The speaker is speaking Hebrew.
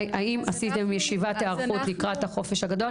האם עשיתם ישיבת היערכות לקראת החופש הגדול?